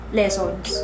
lessons